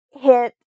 hit